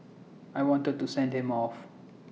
I wanted to send him off